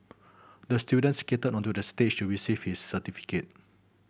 the student skated onto the stage to receive his certificate